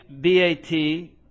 B-A-T